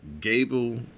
Gable